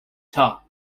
tar